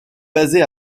basée